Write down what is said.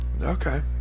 Okay